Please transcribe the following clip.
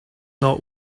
not